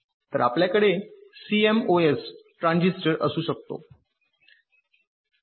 तर आपल्याकडे CMOS transistor असू शकतो